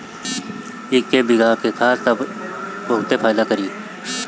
इके भीगा के खा तब इ बहुते फायदा करि